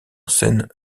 scène